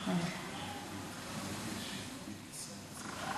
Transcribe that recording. אנחנו,